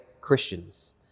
Christians